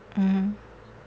mm